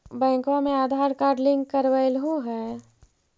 बैंकवा मे Aadhaar card link करवैलहो है?